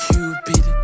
Cupid